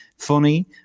funny